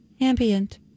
Ambient